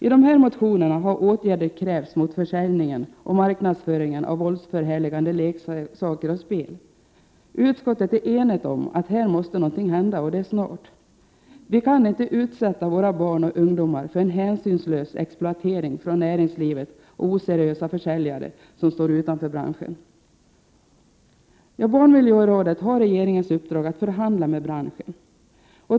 I dessa motioner har åtgärder krävts mot försäljningen och marknadsföringen av våldsförhärligande leksaker och spel. Utskottet är enigt om att här måste något hända, och det snart. Vi kan inte utsätta våra barn och ungdomar för en hänsynslös exploatering från näringslivet och oseriösa försäljare som står utanför branschen. Barnmiljörådet har regeringens uppdrag att förhandla med branschen.